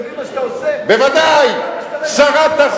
אתה משתמש בגולדסטון נגדנו?